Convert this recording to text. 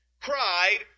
cried